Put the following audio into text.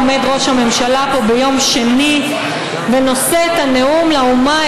עומד ראש הממשלה פה ביום שני ונושא את הנאום לאומה,